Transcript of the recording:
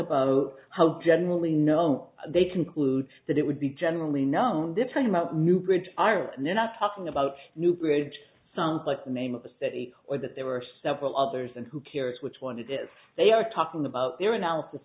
about how generally know they conclude that it would be generally known defining about new bridge iras and they're not talking about new bridge sounds like the name of the city or that there are several others and who cares which one it is they are talking about their analysis